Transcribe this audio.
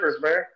man